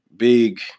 big